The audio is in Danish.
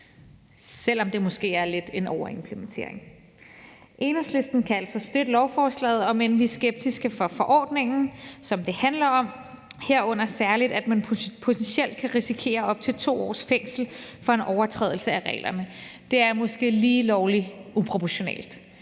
selv om det måske lidt er en overimplementering. Enhedslisten kan altså støtte lovforslaget, om end vi er skeptiske over for forordningen, som det handler om, herunder særlig, at man potentielt kan risikere op til 2 års fængsel for en overtrædelse af reglerne. Det er måske lige lovlig uproportionalt.